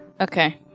Okay